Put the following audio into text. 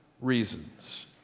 reasons